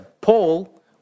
Paul